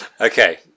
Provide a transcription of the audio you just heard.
okay